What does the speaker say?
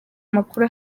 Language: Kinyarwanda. makuru